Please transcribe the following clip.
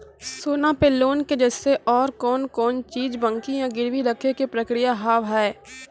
सोना पे लोन के जैसे और कौन कौन चीज बंकी या गिरवी रखे के प्रक्रिया हाव हाय?